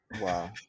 Wow